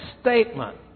statement